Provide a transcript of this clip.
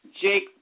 Jake